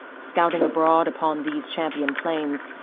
scouting abroad upon these champion plains,